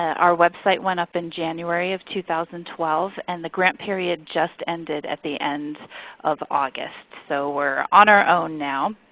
our website went up in january of two thousand and twelve. and the grant period just ended at the end of august, so we're on our own now.